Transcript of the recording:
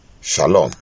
Shalom